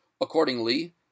Accordingly